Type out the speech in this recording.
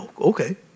okay